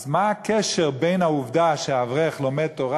אז מה הקשר בין העובדה שהאברך לומד תורה